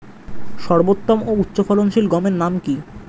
সর্বোত্তম ও উচ্চ ফলনশীল গমের নাম কি?